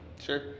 Sure